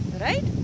Right